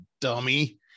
Dummy